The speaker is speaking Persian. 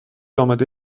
آماده